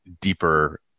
deeper